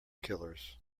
killers